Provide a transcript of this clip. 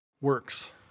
works